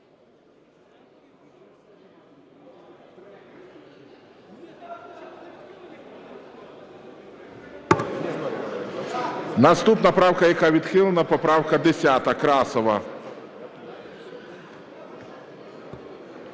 Наступна правка, яка відхилена, поправка 10, Красова.